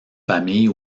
famille